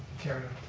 kerrio.